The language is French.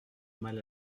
mal